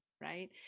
right